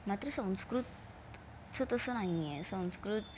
मात्र संस्कृतचं तसं नाही आहे संस्कृत